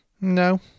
No